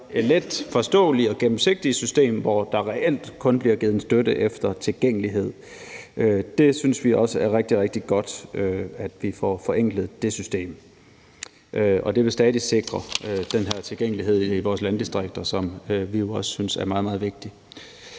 letforståelige og gennemsigtige system, hvor der reelt kun bliver givet en støtte efter tilgængelighed. Vi synes også, at det er rigtig, rigtig godt, at vi får forenklet det system, og det vil stadig sikre den her tilgængelighed i vores landdistrikter, som vi jo også synes er meget, meget vigtig.